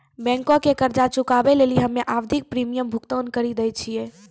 बैंको के कर्जा चुकाबै लेली हम्मे आवधिक प्रीमियम भुगतान करि दै छिये